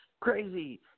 crazy